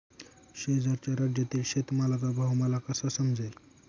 शेजारच्या राज्यातील शेतमालाचा भाव मला कसा समजेल?